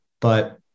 but-